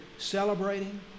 celebrating